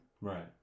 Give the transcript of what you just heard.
Right